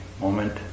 moment